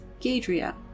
Gadria